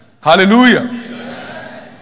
Hallelujah